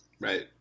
Right